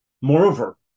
Moreover